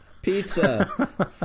Pizza